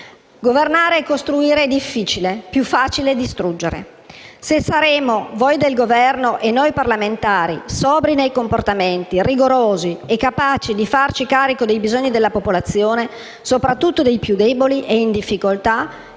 Governare e costruire è difficile; più facile distruggere. Se saremo, voi del Governo e noi parlamentari, sobri nei comportamenti, rigorosi e capaci di farci carico dei bisogni della popolazione, soprattutto dei più deboli e in difficoltà,